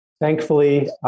Thankfully